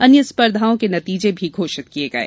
अन्य स्पर्धाओं के नतीजे भी घोषित किये गये